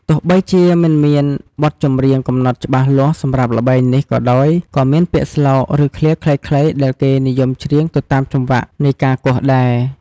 ទោះបីជាមិនមានបទចម្រៀងកំណត់ច្បាស់លាស់សម្រាប់ល្បែងនេះក៏ដោយ ក៏មានពាក្យស្លោក ឬឃ្លាខ្លីៗដែលគេនិយមច្រៀងទៅតាមចង្វាក់នៃការគោះដែរ។